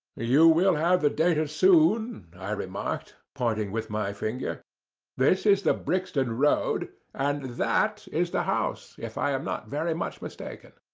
ah you will have your data soon, i remarked, pointing with my finger this is the brixton road, and that is the house, if i am not very much mistaken.